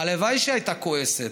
הלוואי שהייתה כועסת,